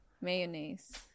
Mayonnaise